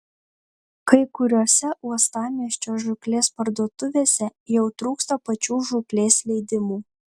kai kuriose uostamiesčio žūklės parduotuvėse jau trūksta pačių žūklės leidimų